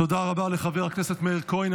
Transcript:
תודה רבה לחבר הכנסת מאיר כהן.